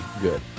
good